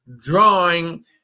drawing